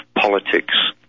politics